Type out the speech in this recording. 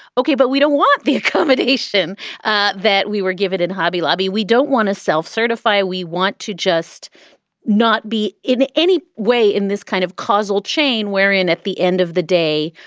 okay, but we don't want the accommodation ah that we were given in hobby lobby. we don't want to self certify. we want to just not be in any way in this kind of causal chain wherein at the end of the day,